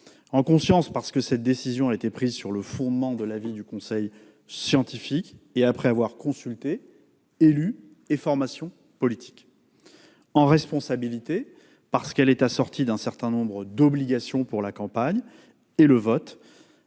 En conscience, parce que cette décision a été prise sur le fondement de l'avis du conseil scientifique et après avoir consulté élus et formations politiques. En responsabilité, parce qu'elle est assortie d'un certain nombre d'obligations, tant pour la campagne que pour